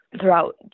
throughout